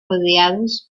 rodeados